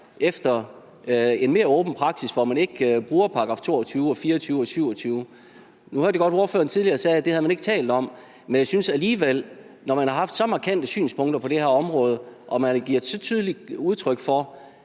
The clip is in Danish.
efter en mere åben praksis, hvor man ikke bruger §§ 22, 24 og 27? Nu hørte jeg godt, at ordføreren tidligere sagde, at det havde man ikke talt om, men jeg synes alligevel, at når man har haft så markante synspunkter på det her område og man giver så tydeligt udtryk for,